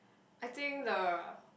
I think the